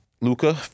Luca